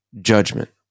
judgment